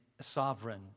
sovereign